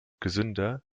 gesünder